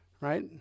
Right